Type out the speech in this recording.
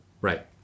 Right